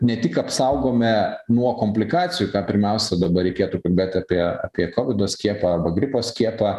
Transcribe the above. ne tik apsaugome nuo komplikacijų ką pirmiausia dabar reikėtų bet apie apie kovido skiepą arba gripo skiepą